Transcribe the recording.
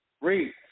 Read